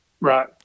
right